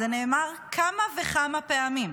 זה נאמר כמה וכמה פעמים,